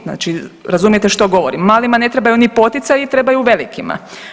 Znači razumijete što govorim, malima ne trebaju ni poticaju, trebaju velikima.